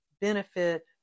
benefit